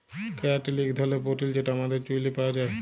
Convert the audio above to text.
ক্যারাটিল ইক ধরলের পোটিল যেট আমাদের চুইলে পাউয়া যায়